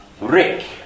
Rick